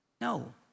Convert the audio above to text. No